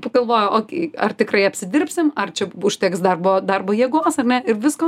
pagalvojau ok ar tikrai apsidirbsim ar čia užteks darbo darbo jėgos ar ne ir visko